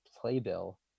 playbill